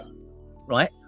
Right